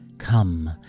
Come